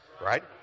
Right